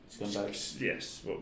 yes